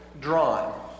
drawn